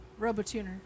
RoboTuner